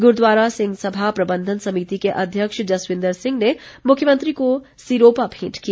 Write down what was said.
गुरूद्वारा सिंह सभा प्रबंधन समिति के अध्यक्ष जसविंदर सिंह ने मुख्यमंत्री को सिरोपा भेंट किया